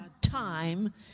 time